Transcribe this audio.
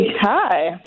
Hi